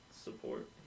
support